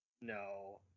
No